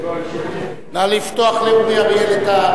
נא לפתוח לאורי אריאל את,